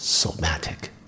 Somatic